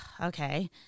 okay